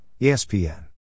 ESPN